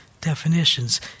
definitions